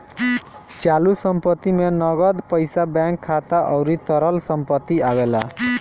चालू संपत्ति में नगद पईसा बैंक खाता अउरी तरल संपत्ति आवेला